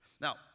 Now